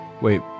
wait